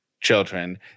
children